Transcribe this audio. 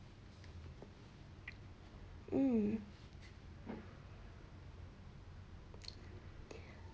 mm